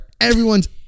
everyone's